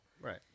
Right